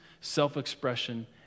self-expression